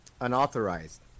unauthorized